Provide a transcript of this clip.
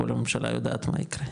כל הממשלה יודעת מה יקרה,